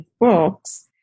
books